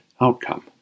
outcome